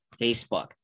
Facebook